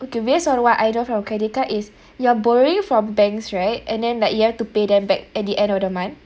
okay based on what I know from credit card is you're borrowing from banks right and then like you have to pay them back at the end of the month